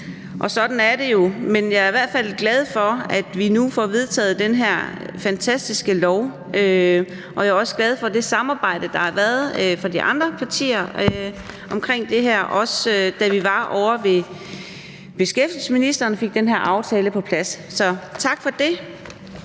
og sådan er det jo. Men jeg er i hvert fald glad for, at vi nu får vedtaget den her fantastiske lov. Jeg er også glad for det samarbejde, der har været med de andre partier omkring det her, også da vi var ovre ved beskæftigelsesministeren og fik den her aftale på plads. Så tak for det.